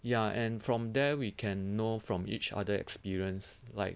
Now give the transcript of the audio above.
ya and from there we can know from each other experience like